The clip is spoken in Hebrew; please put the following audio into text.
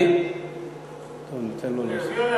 בבקשה.